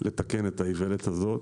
ביקשנו לתקן את האיוולת הזאת,